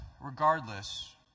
regardless